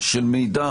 של מידע,